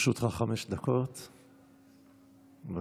לרשותך חמש דקות, בבקשה.